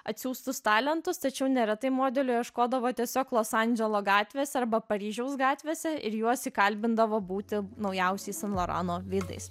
atsiųstus talentus tačiau neretai modelių ieškodavo tiesiog los andželo gatvėse arba paryžiaus gatvėse ir juos įkalbindavo būti naujausiais san lorano veidais